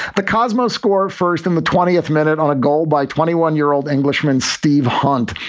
the kosmo score first in the twentieth minute on a goal by twenty one year old englishman steve hunt.